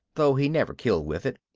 though he never killed with it.